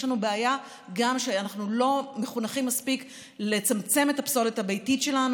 יש לנו בעיה שאנו לא מחונכים מספיק לצמצם את הפסולת הביתית שלנו.